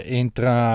entra